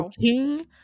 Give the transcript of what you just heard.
king